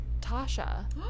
Tasha